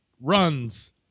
runs